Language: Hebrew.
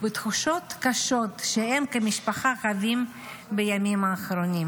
בתחושות קשות שהם כמשפחה חווים בימים האחרונים.